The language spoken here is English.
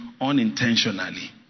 unintentionally